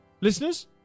Listeners